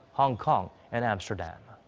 hong kong, and amsterdam.